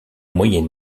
moyen